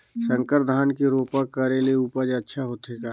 संकर धान के रोपा करे ले उपज अच्छा होथे का?